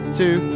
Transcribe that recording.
two